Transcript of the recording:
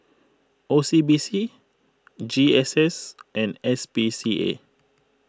O C B C G S S and S P C A